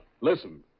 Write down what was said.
listen